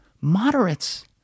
moderates